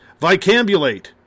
Vicambulate